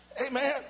Amen